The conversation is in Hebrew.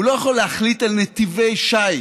הוא לא יכול להחליט על נתיבי שיט,